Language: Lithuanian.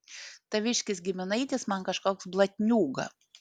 taviškis giminaitis man kažkoks blatniūga